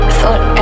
thought